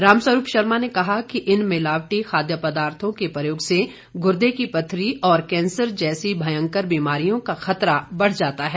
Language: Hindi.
रामस्वरूप शर्मा ने कहा कि इन मिलावटी खाद्य पदार्थों के प्रयोग से गुरदे की पत्थरी और कैंसर जैसी भयंकर बीमारियों का खतरा बढ़ जाता है